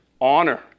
honor